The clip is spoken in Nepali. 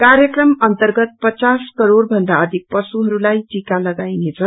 कार्यक्रम अर्न्तगत पचास करोड़ भन्दा अधिक पशुहरूलाई टिका लगाइनेछ